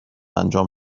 انجام